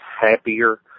happier